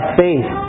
faith